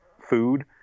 food